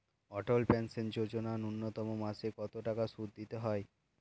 অটল pension Yojana ন্যূনতম মাসে কত টাকা সুধ দিতে হয়?